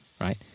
right